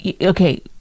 okay